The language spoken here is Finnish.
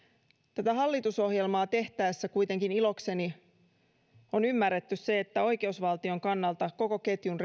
tätä hallitusohjelmaa tehtäessä kuitenkin ilokseni on ymmärretty se että oikeusvaltion kannalta koko ketjun